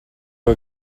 who